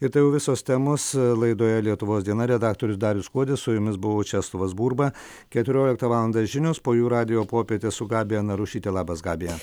ir tai jau visos temos laidoje lietuvos diena redaktorius darius kuodis su jumis buvo česlovas burba keturioliktą valandą žinios po jų radijo popietė su gabija narušyte labas gabija